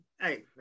hey